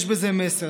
יש בזה מסר.